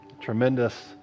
tremendous